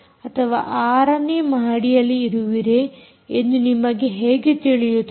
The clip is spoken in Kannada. ಅಥವಾ 6 ನೆಯ ಮಹಡಿಯಲ್ಲಿ ಇರುವಿರೇ ಎಂದು ನಿಮಗೆ ಹೇಗೆ ತಿಳಿಯುತ್ತದೆ